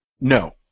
No